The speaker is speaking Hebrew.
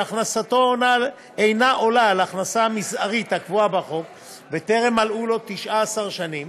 שהכנסתו אינה עולה על ההכנסה המזערית הקבועה בחוק וטרם מלאו לו 19 שנים,